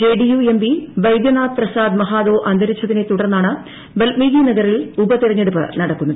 JDU MP Baidyanath Prasad Mahato അന്തരിച്ചതിനെ തുടർന്നാണ് വാല്മീകി നഗറിൽ ഉപതെരഞ്ഞെടുപ്പ് നടക്കുന്നത്